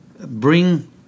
bring